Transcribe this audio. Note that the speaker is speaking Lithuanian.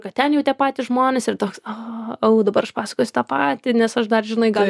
kad ten jau tie patys žmonės ir toks aha au dabar aš pasakosiu tą patį nes aš dar žinai gal